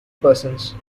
persons